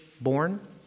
born